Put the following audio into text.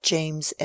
James